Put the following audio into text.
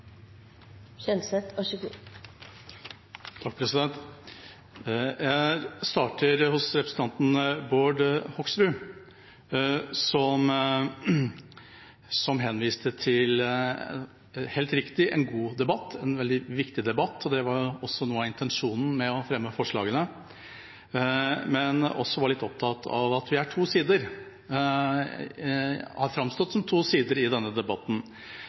veldig viktig debatt, og det var også noe av intensjonen med å fremme forslagene, men han var også litt opptatt av at vi har framstått som to sider i denne debatten.